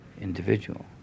individual